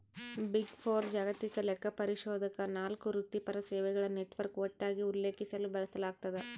big four ಜಾಗತಿಕ ಲೆಕ್ಕಪರಿಶೋಧಕ ನಾಲ್ಕು ವೃತ್ತಿಪರ ಸೇವೆಗಳ ನೆಟ್ವರ್ಕ್ ಒಟ್ಟಾಗಿ ಉಲ್ಲೇಖಿಸಲು ಬಳಸಲಾಗ್ತದ